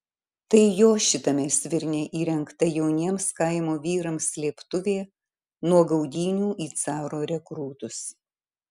tai jo šitame svirne įrengta jauniems kaimo vyrams slėptuvė nuo gaudynių į caro rekrūtus